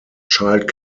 child